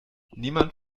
niemand